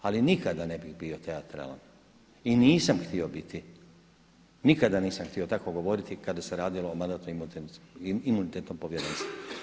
Ali nikada ne bih bio teatralan i nisam htio biti, nikada nisam htio tako govoriti kada se radilo o Mandatno-imunitetnom povjerenstvu.